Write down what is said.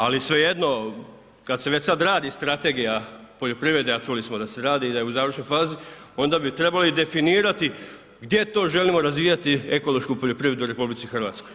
Ali svejedno, kad se već sad radi strategija poljoprivrede, a čuli smo da se radi, da je u završnoj fazi, onda bi trebali definirati gdje to želimo razvijati ekološku poljoprivredu u RH.